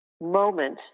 moment